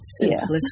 simplicity